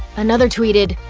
another tweeted,